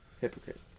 hypocrite